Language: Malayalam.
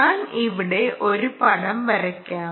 ഞാൻ ഇവിടെ ഒരു പടം വരയ്ക്കാം